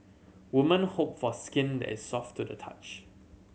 woman hope for skin that is soft to the touch